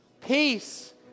Peace